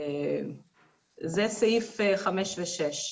זה סעיף 5 ו-6.